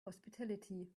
hospitality